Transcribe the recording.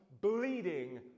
bleeding